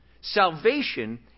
Salvation